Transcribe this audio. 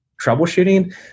troubleshooting